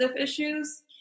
issues